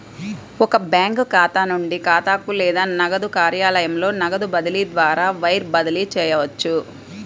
ఒక బ్యాంకు ఖాతా నుండి ఖాతాకు లేదా నగదు కార్యాలయంలో నగదు బదిలీ ద్వారా వైర్ బదిలీ చేయవచ్చు